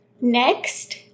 Next